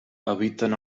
eviten